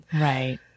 Right